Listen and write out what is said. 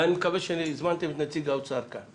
ואני מקווה שהזמנתם את נציג האוצר לכאן.